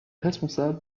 responsable